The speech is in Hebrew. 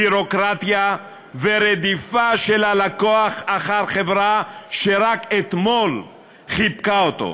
ביורוקרטיה ורדיפה של הלקוח אחר חברה שרק אתמול חיבקה אותו.